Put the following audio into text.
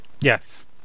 Yes